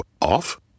off